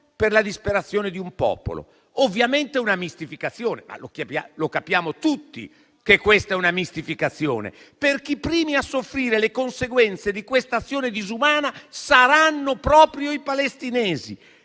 per la disperazione di un popolo. È ovviamente una mistificazione; lo capiamo tutti che questa è una mistificazione perché i primi a soffrire le conseguenze di questa azione disumana saranno proprio i palestinesi,